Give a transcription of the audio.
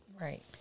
Right